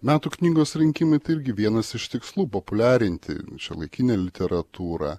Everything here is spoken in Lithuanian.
metų knygos rinkimai tai irgi vienas iš tikslų populiarinti šiuolaikinę literatūrą